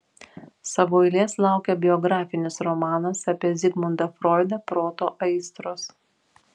savo eilės laukia biografinis romanas apie zigmundą froidą proto aistros